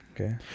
Okay